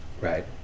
Right